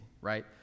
right